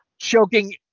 Choking